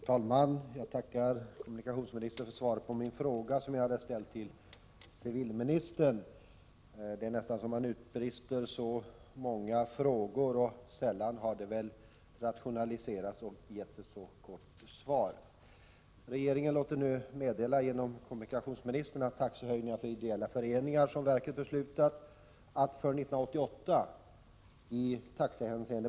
Folkrörelserna i Sverige har haft en stor och avgörande betydelse. Det gäller såväl demokratins genombrott som samhällsutvecklingen in i vår egen tid. Det gäller alldeles särskilt de klassiska och tidiga folkrörelserna såsom arbetarrörelsen, nykterhetsrörelsen och väckelserörelsen.